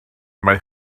mae